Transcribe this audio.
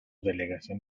delegación